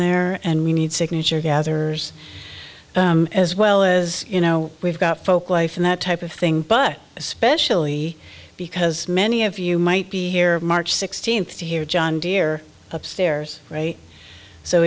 there and we need signature gatherers as well as you know we've got folk life and that type of thing but especially because many of you might be here march sixteenth to hear john deere upstairs